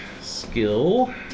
skill